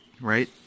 right